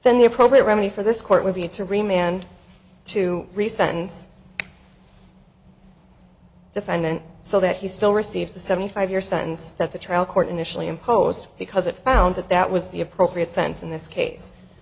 then the appropriate remedy for this court would be to remain and to resign and defendant so that he still receives the seventy five year sentence that the trial court initially imposed because it found that that was the appropriate sense in this case